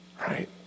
Right